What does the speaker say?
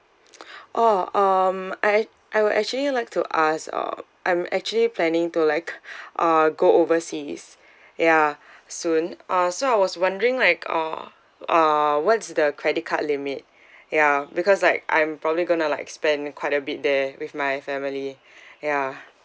oh um I I would actually like to ask um I'm actually planning to like uh go overseas ya soon uh so I was wondering like uh uh what is the credit card limit ya because like I'm probably gonna like spend quite a bit there with my family ya